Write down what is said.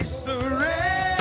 surrender